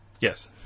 Yes